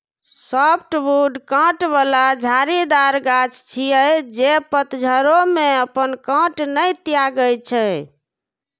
softwood कांट बला झाड़ीदार गाछ छियै, जे पतझड़ो मे अपन कांट नै त्यागै छै